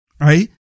right